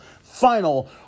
final